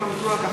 הם עמדו על כך,